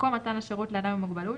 מקום מתן השירות לאדם עם מוגבלות,